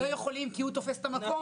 לא יכולים כי הוא תופס את המקום.